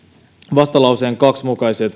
vastalauseen kaksi mukaiset